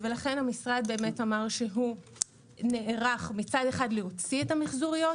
לכן המשרד אמר שהוא נערך מצד אחד להוציא את המיחזוריות